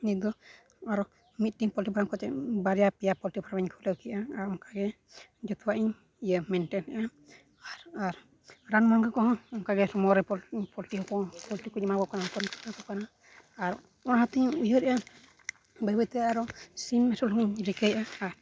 ᱱᱤᱛ ᱫᱚ ᱟᱨᱚ ᱢᱤᱫᱴᱮᱱ ᱯᱚᱞᱴᱤ ᱯᱷᱨᱟᱢ ᱠᱟᱛᱮᱫ ᱵᱟᱨᱭᱟ ᱯᱮᱭᱟ ᱯᱚᱞᱴᱤ ᱯᱷᱨᱟᱢᱤᱧ ᱠᱷᱩᱞᱟᱹᱣ ᱠᱮᱜᱼᱟ ᱟᱨ ᱚᱝᱠᱟ ᱜᱮ ᱡᱚᱛᱚᱣᱟᱜ ᱤᱧ ᱤᱭᱟᱹ ᱢᱮᱱᱴᱮᱱᱮᱜᱼᱟ ᱟᱨ ᱨᱟᱱ ᱢᱩᱨᱜᱟᱹᱱ ᱠᱚᱦᱚᱸ ᱚᱱᱠᱟ ᱜᱮ ᱥᱚᱢᱚᱭ ᱨᱮ ᱯᱚᱞᱴᱤ ᱠᱚ ᱯᱚᱞᱴᱤ ᱠᱚᱧ ᱮᱢᱟ ᱠᱚ ᱠᱟᱱᱟ ᱟᱨ ᱚᱱᱟᱛᱤᱧ ᱩᱭᱦᱟᱹᱨᱮᱜᱼᱟ ᱵᱟᱹᱭ ᱵᱟᱹᱭ ᱛᱮ ᱟᱨᱚ ᱥᱤᱢ ᱟᱹᱥᱩᱞ ᱦᱚᱸᱧ ᱨᱤᱠᱟᱹᱭᱮᱜᱼᱟ ᱟᱨ